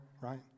right